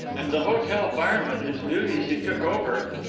and the hotel fireman, whose duties he took over,